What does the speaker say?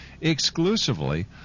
Exclusively